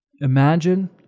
Imagine